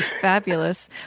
fabulous